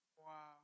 Wow